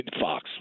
Fox